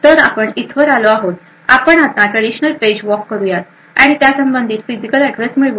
तर आपण इथवर आलो आहोत आपण आता ट्रॅडिशनल पेज टेबल वाॅक करूयात आणि त्यासंबंधित फिजिकल एड्रेस मिळवूया